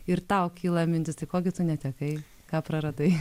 ir tau kyla mintis tai ko gi tu netekai ką praradai